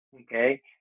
okay